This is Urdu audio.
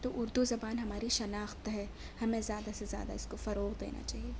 تو اردو زبان ہماری شناخت ہے ہمیں زیادہ سے زیادہ اس کو فروغ دینا چاہیے